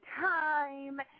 time